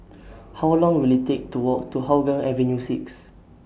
How Long Will IT Take to Walk to Hougang Avenue six